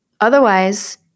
Otherwise